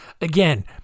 again